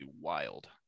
wild